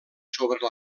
sobre